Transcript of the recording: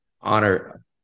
honor